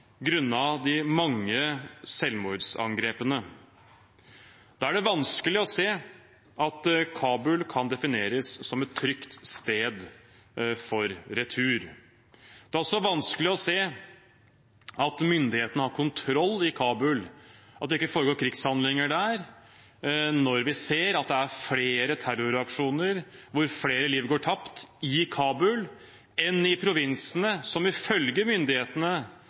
de mange selvmordsangrepene. Da er det vanskelig å se at Kabul kan defineres som et trygt sted for retur. Det er også vanskelig å se at myndighetene har kontroll i Kabul, at det ikke foregår krigshandlinger der, når vi ser at det er flere terroraksjoner hvor flere liv går tapt i Kabul enn i provinsene som ifølge myndighetene